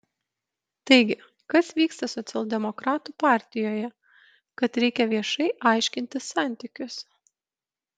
taigi kas vyksta socialdemokratų partijoje kad reikia viešai aiškintis santykius